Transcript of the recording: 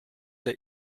der